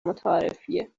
متعارفیه